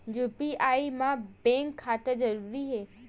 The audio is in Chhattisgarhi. यू.पी.आई मा बैंक खाता जरूरी हे?